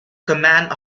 command